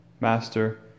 Master